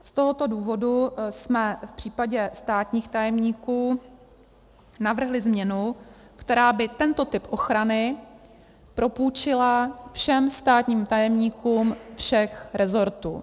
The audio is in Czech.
Z tohoto důvodu jsme v případě státních tajemníků navrhli změnu, která by tento typ ochrany propůjčila všem státním tajemníkům všech resortů.